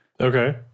Okay